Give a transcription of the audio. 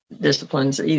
disciplines